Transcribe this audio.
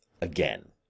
again